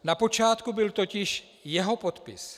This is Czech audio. Na počátku byl totiž jeho podpis.